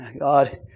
God